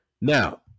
Now